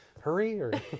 hurry